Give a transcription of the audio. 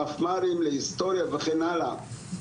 מפמ"רים להיסטוריה וכן הלאה,